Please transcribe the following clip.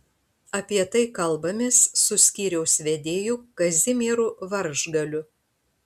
apie tai kalbamės su skyriaus vedėju kazimieru varžgaliu